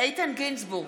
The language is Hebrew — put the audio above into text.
איתן גינזבורג,